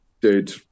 dude